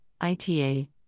ITA